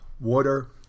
water